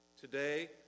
Today